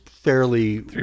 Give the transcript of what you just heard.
Fairly